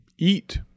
Eat